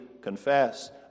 confess